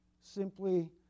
simply